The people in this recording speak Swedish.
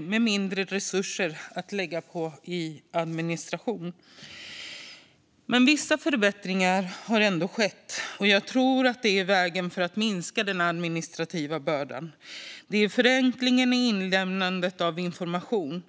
med mindre resurser att lägga på administration. Vissa förbättringar har ändå skett, och jag tror att det är vägen framåt för att minska den administrativa bördan. Det handlar till exempel om förenklingen i inlämnandet av information.